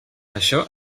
això